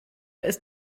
ist